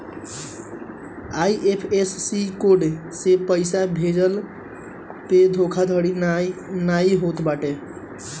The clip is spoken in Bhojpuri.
आई.एफ.एस.सी कोड से पइसा भेजला पअ धोखाधड़ी नाइ होत बाटे